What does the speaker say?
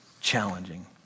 challenging